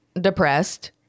depressed